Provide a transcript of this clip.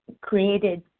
created